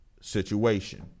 situation